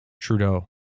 Trudeau